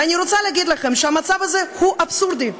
ואני רוצה להגיד לכם שהמצב הזה הוא אבסורדי,